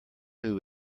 who